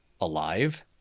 alive